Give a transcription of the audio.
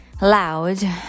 loud